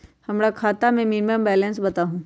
हमरा खाता में मिनिमम बैलेंस बताहु?